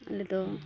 ᱟᱞᱮ ᱫᱚ